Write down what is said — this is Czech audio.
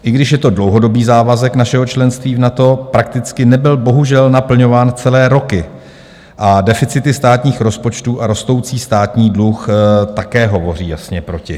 I když je to dlouhodobý závazek našeho členství v NATO, prakticky nebyl bohužel naplňován celé roky a deficity státních rozpočtů a rostoucí státní dluh také hovoří jasně proti.